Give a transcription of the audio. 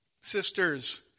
sisters